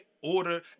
order